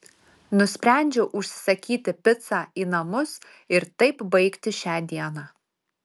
nusprendžiau užsisakysi picą į namus ir taip baigti šią dieną